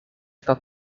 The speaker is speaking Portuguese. está